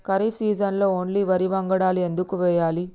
ఖరీఫ్ సీజన్లో ఓన్లీ వరి వంగడాలు ఎందుకు వేయాలి?